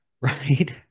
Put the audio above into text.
right